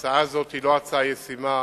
ההצעה הזאת היא לא הצעה ישימה,